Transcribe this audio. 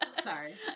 Sorry